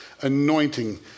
anointing